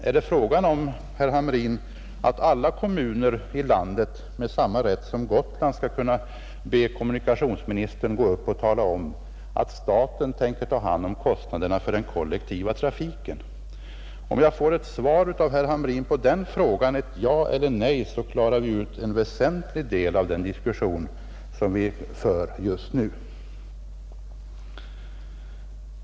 Är det fråga om, herr Hamrin, att alla kommuner i landet med samma rätt som Gotland skall kunna be kommunikationsministern stå upp och tala om att staten tänker ta hand om kostnaderna för den kollektiva trafiken? Om jag får ett svar av herr Hamrin på den frågan — ett ja eller ett nej — klarar vi ut en väsentlig del av den diskussion som vi för just nu.